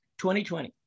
2020